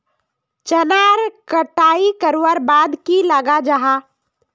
चनार कटाई करवार बाद की लगा जाहा जाहा?